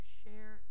share